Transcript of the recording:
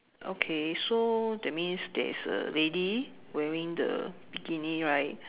okay so that means there is a lady wearing the bikini right